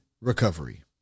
recovery